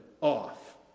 off